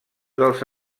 dels